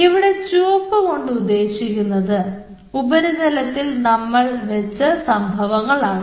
ഇവിടെ ചുവപ്പ് കൊണ്ട് ഉദ്ദേശിക്കുന്നത് ഉപരിതലത്തിൽ നമ്മൾ വെച്ച സംഭവങ്ങളാണ്